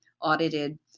audited